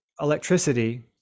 electricity